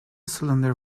cylinder